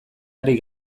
ari